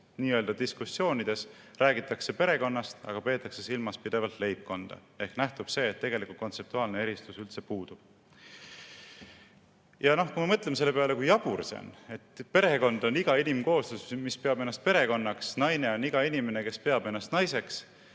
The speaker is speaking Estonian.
nii-öelda diskussioonides räägitakse perekonnast, aga peetakse pidevalt silmas leibkonda. Ehk siit nähtub see, et tegelikult kontseptuaalne eristus üldse puudub. Mõtleme selle peale, kui jabur see on: perekond on iga inimkooslus, mis peab ennast perekonnaks, naine on iga inimene, kes peab ennast naiseks!